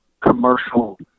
commercial